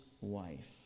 wife